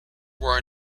were